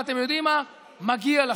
ואתם יודעים מה, מגיע לכם.